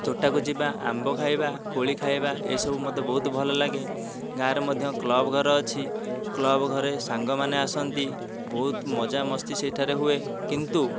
ତୋଟାକୁ ଯିବା ଆମ୍ବ ଖାଇବା କୋଳି ଖାଇବା ଏ ସବୁ ମୋତେ ବହୁତ ଭଲ ଲାଗେ ଗାଁରେ ମଧ୍ୟ କ୍ଲବ୍ ଘର ଅଛି କ୍ଳବ୍ ଘରେ ସାଙ୍ଗମାନେ ଆସନ୍ତି ବହୁତ ମଜାମସ୍ତି ସେହିଠାରେ ହୁଏ କିନ୍ତୁ